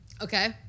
Okay